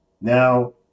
Now